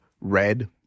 red